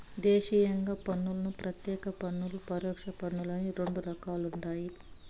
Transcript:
దేశీయంగా పన్నులను ప్రత్యేక పన్నులు, పరోక్ష పన్నులని రెండు రకాలుండాయి